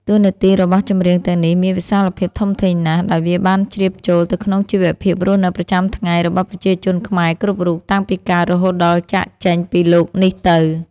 តួនាទីរបស់ចម្រៀងទាំងនេះមានវិសាលភាពធំធេងណាស់ ដោយវាបានជ្រាបចូលទៅក្នុងជីវភាពរស់នៅប្រចាំថ្ងៃរបស់ប្រជាជនខ្មែរគ្រប់រូប តាំងពីកើតរហូតដល់ចាកចេញពីលោកនេះទៅ។